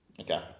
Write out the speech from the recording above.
Okay